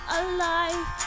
alive